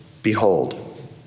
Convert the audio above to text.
Behold